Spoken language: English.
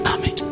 Amen